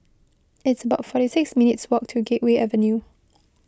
it's about forty six minutes' walk to Gateway Avenue